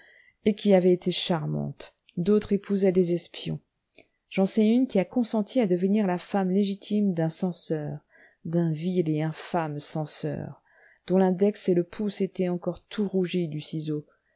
et qui avaient été charmantes d'autres épousaient des espions j'en sais une qui a consenti a devenir la femme légitime d'un censeur d'un vil et infâme censeur dont l'index et le pouce étaient encore tout rougis du ciseau